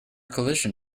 collision